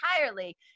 entirely